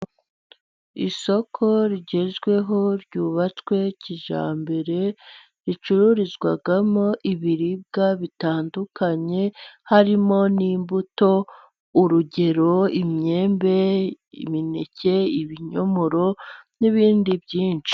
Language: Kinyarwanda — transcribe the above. Isoko rigezweho ryubatswe kijyambere, ricururizwamo ibiribwa bitandukanye harimo n'imbuto urugero imyembe, imineke, ibinyomoro n'ibindi byinshi.